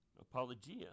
apologia